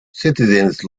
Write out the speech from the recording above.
citizens